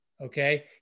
Okay